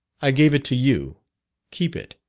i gave it to you keep it